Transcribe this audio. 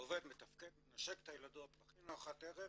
עובד, מנשק את הילדות, מכין ארוחת ערב